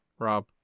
Rob